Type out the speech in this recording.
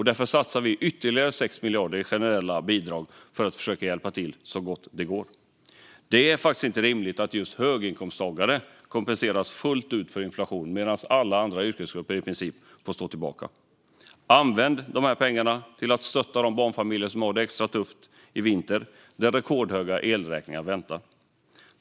Därför satsar vi ytterligare 6 miljarder i generella statsbidrag för att försöka hjälpa till så gott det går. Det är faktiskt inte rimligt att just höginkomsttagare kompenseras fullt ut för inflationen, medan i princip alla andra grupper får stå tillbaka. Använd de här pengarna till att stötta de barnfamiljer som har det extra tufft i vinter när rekordhöga elräkningar väntar!